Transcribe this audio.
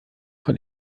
von